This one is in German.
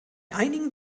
einigen